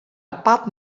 apart